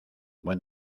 buen